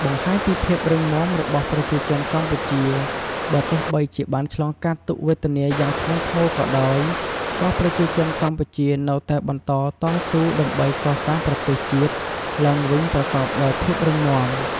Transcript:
បង្ហាញពីភាពរឹងមាំរបស់ប្រជាជនកម្ពុជាបើទោះបីជាបានឆ្លងកាត់ទុក្ខវេទនាយ៉ាងធ្ងន់ធ្ងរក៏ដោយ ក៏ប្រជាជនកម្ពុជានៅតែបន្តតស៊ូដើម្បីកសាងប្រទេសជាតិឡើងវិញប្រកបដោយភាពរឹងមាំ។